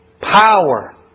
Power